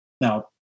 Now